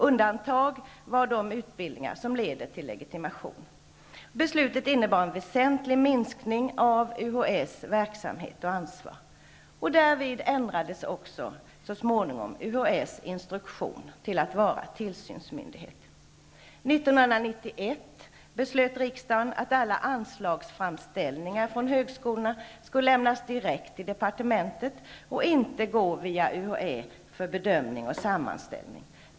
Undantag var de utbildningar som leder till legitimation. Beslutet innebar en väsentlig minskning av UHÄ:s verksamhet och ansvar. Därvid ändrades också så småningom UHÄ:s instruktion till att vara tillsynsmyndighet. År 1991 beslöt riksdagen att alla anslagsframställningar från högskolorna skulle lämnas direkt till departementet och inte gå via UHÄ för bedömning och sammanställning.